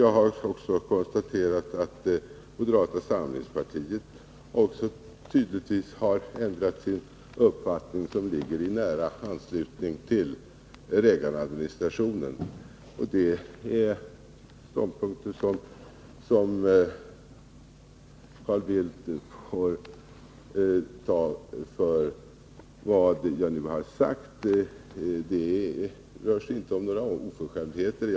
Jag har vidare konstaterat att moderata samlingspartiet också tydligtvis har ändrat sin uppfattning, som nu ligger nära Reaganadministrationens. Detta är vad jag har sagt, och Carl Bildt får ta det för vad det är; det rör sig inte om några oförskämdheter.